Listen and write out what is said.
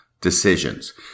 decisions